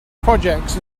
projects